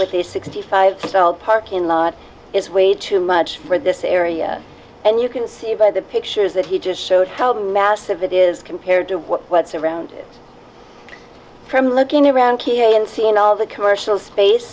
with a sixty five style parking lot is way too much for this area and you can see by the pictures that he just showed how massive it is compared to what's around it from looking around and seeing all the commercial space